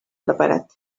preparat